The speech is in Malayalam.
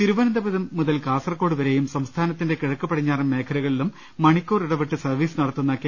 തിരുവനന്തപുരം മുതൽ കാസർകോട് വരെയും സംസ്ഥാന ത്തിന്റെ കിഴക്ക് പടിഞ്ഞാറൻ മേഖലകളിലും മണിക്കൂർ ഇടവിട്ട് സർപ്പീസ് നടത്തുന്ന കെ